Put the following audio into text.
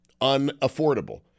unaffordable